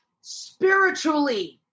spiritually